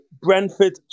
Brentford